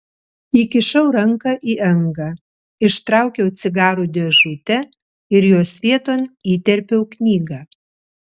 įkišau ranką į angą ištraukiau cigarų dėžutę ir jos vieton įterpiau knygą